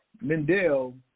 Mendel